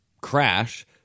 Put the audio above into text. crash